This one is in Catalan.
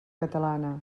catalana